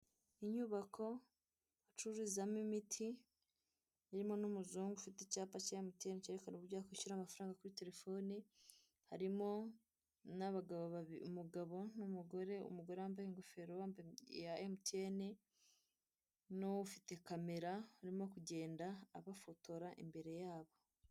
Inyubako icuruzamo imiti irimo numuzungu ufite icyapa cya MTN cyerekana uburyo wakwishyura amafaranga kuri telefone harimo umugabo numugore